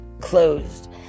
closed